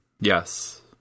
Yes